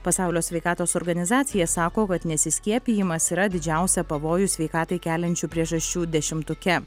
pasaulio sveikatos organizacija sako kad nesiskiepijamas yra didžiausią pavojų sveikatai keliančių priežasčių dešimtuke